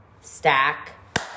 Stack